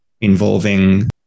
involving